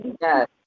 Yes